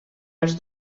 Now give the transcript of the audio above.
els